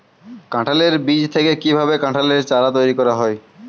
কাঁঠালের বীজ থেকে কীভাবে কাঁঠালের চারা তৈরি করা হয়?